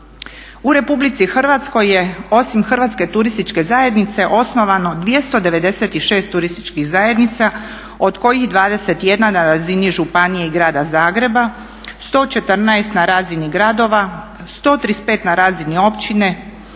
U Republici Hrvatskoj je osim Hrvatske turističke zajednice osnovano 296 turističkih zajednica od kojih 21 na razini županije i grada Zagreba, 114 na razini gradova, 135 na razini općine,